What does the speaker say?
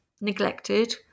neglected